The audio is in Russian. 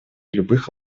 любых